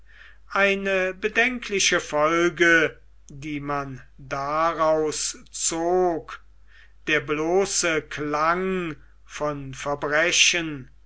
eine bedenkliche folge die man daraus zog der bloße klang von verbrechen